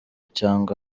cyangwa